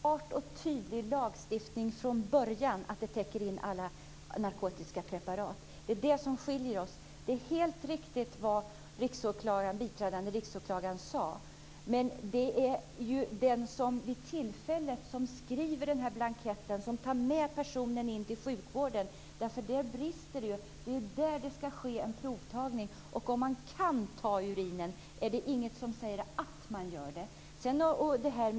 Fru talman! Det är bara så att vi moderater från början vill ha en klar och tydlig lagstiftning, som täcker alla narkotiska preparat. Det är på den punkten som våra uppfattningar skiljer sig. Det som biträdande riksåklagaren sade är helt riktigt, men det brister när den som fyller i blanketten tar med sig personen i fråga till sjukvården. Det skall där ske en provtagning. Även om man kan ta urinprov är det inget som säger att det blir gjort.